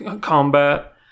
combat